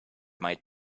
might